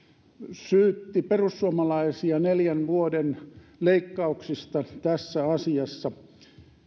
syytti perussuomalaisia neljän vuoden leikkauksista tässä asiassa